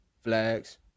flags